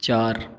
चार